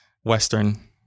Western